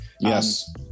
Yes